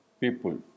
people